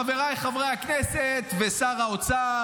חבריי חברי הכנסת ושר האוצר,